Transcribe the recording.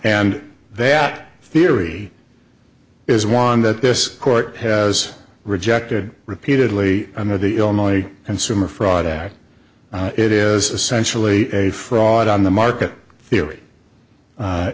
and that theory is one that this court has rejected repeatedly under the illinois consumer fraud act it is essentially a fraud on the market theory